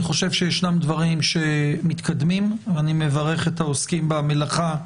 אני חושב שישנם דברים שמתקדמים ואני מברך את העוסקים במלאכה,